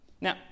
Now